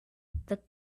the